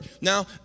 Now